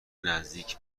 نزدیک